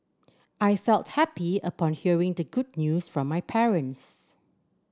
I felt happy upon hearing the good news from my parents